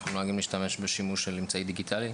אנחנו נוהגים להשתמש באמצעי דיגיטלי.